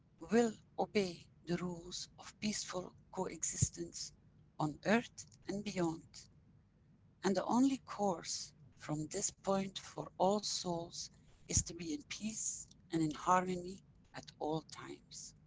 will obey the rules of peaceful co-existence on earth and beyond and the only course from this point for all souls is to be in peace and in harmony at all times.